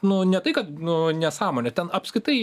nu ne tai kad nu nesąmonė ten apskritai